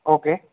okay